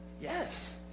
Yes